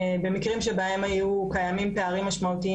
במקרים שבהם היו קיימים פערים משמעותיים